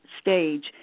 stage